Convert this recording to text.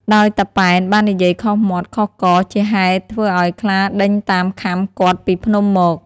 ដោយតាប៉ែន បាននិយាយខុសមាត់ខុសករ ជាហេតុធ្វើឲ្យខ្លាដេញតាមខាំគាត់ពីភ្នំមក ។